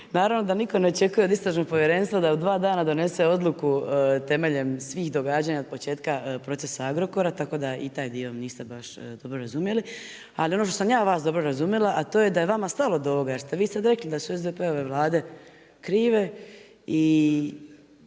Naravno, da nitko ne očekuje od Istražnog povjerenstava da u 2 dana donese odluku temeljem svih događanja od početka procesa Agrokora, tako da i taj dio niste baš dobro razumjeli. Ali ono što sam ja vas dobro razumjela, a to je da je vama stalo do ovoga, jer ste vi sad rekli da su SDP-ove Vlade krive i